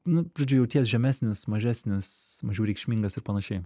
nu žodžiu jauties žemesnis mažesnis mažiau reikšmingas ir panašiai